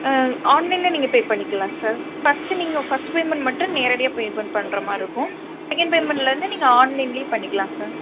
ஆன்லைனில் நீங்கள் பே பண்ணிக்கலாம் சார் ஃபஸ்ட்டு நீங்கள் ஃபஸ்ட் பேமெண்ட் மட்டும் நேரடியாக பேமெண்ட் பண்ணுற மாதிரி இருக்கும் செகண்ட் பேமெண்ட்லிருந்து நீங்கள் ஆன்லைனிலே பண்ணிக்கலாம் சார்